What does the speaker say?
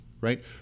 right